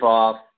off